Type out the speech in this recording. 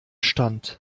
stand